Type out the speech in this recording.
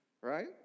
right